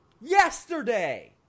Yesterday